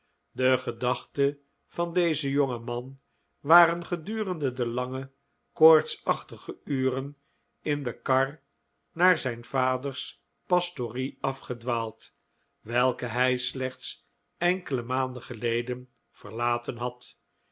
de gedachten van dezen jongen man waren gedurende de lange koortsachtige uren in de kar naar zijn vaders pastorie afgedwaald welke hij slechts enkele maanden geleden verlaten had